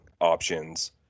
options